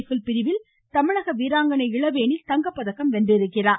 ்பில் பிரிவில் தமிழக வீராங்கனை இளவேனில் தங்கப் பதக்கம் வென்றிருக்கிறார்